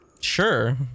Sure